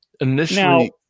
Initially